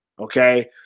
Okay